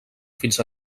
fins